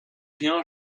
bien